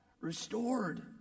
restored